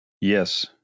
Yes